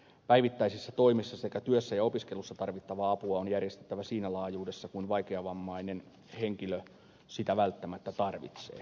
päivittäisissä toimissa sekä työssä ja opiskelussa tarvittavaa apua on järjestettävä siinä laajuudessa kuin vaikeavammainen henkilö sitä välttämättä tarvitsee